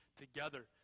together